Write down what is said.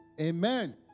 Amen